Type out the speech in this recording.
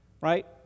right